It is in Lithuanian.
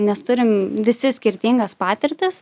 nes turim visi skirtingas patirtis